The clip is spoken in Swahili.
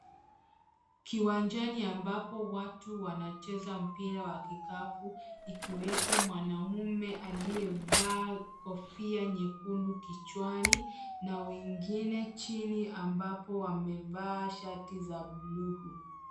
Kiwanjani ambapo watu wanacheza mpira wa kikapu, ikiwepo mwanaume aliyevaa kofia nyekundu kichwani na wengine chini ambapo wamevaa shati za buluu.